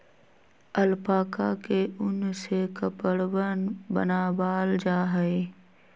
alpaca के उन से कपड़वन बनावाल जा हई